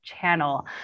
channel